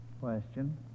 question